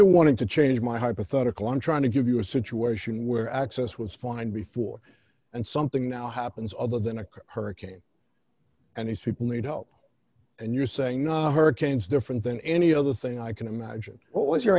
you want to change my hypothetical i'm trying to give you a situation where access was fine before and something now happens other than a hurricane and his people need help and you're saying no hurricanes different than any other thing i can imagine what was your